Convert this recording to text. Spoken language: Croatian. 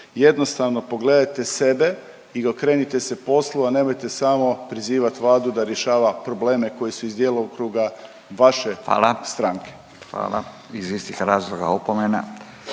Jednostavno pogledajte sebe i okrenite se poslu, a nemojte samo prizivat Vladu da rješava probleme koji su iz djelokruga vaše stranke. **Radin, Furio (Nezavisni)** Hvala.